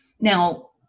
Now